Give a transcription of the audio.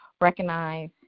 recognize